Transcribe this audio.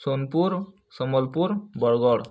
Sonepur Sambalpur Bargarh